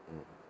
mm